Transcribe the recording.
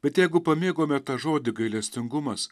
bet jeigu pamėgome tą žodį gailestingumas